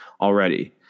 already